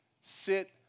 Sit